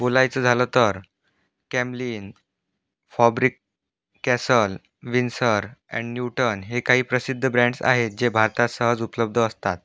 बोलायचं झालं तर Camlin Faber Castell Winsor and Newton हे काही प्रसिद्ध ब्रँड्स आहेत जे भारतात सहज उपलब्ध असतात